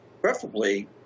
preferably